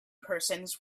persons